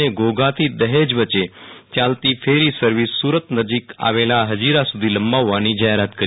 અને ઘોઘાથી દહેજ ચાલતી ફેરી સર્વિસ સુરત નજીક આવેલા હજીરા સુધી લંબાવવા જાહેરાત કરી હતી